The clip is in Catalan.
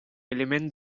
element